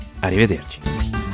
Arrivederci